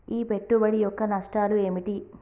ఈ పెట్టుబడి యొక్క నష్టాలు ఏమిటి?